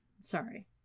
Sorry